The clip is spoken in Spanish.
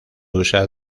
usa